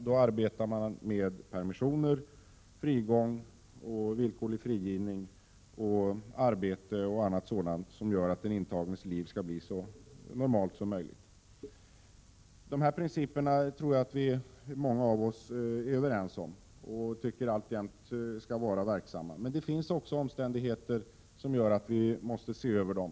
Då arbetar man med permissioner, frigång, villkorlig frigivning, arbete och annat sådant som gör att den intagnes liv skall bli så normalt som möjligt. De här principerna tror jag många av oss är överens om alltjämt skall gälla, men det finns också omständigheter som gör att vi måste se över dem.